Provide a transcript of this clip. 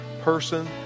person